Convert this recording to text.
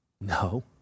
No